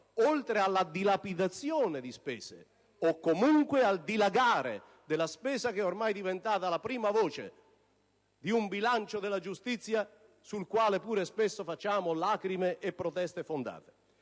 oltre alla dilapidazione di risorse o comunque al dilagare di una voce di spesa che ormai è diventata la prima di un bilancio della giustizia sul quale pure spesso versiamo lacrime e facciamo proteste fondate.